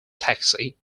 taxi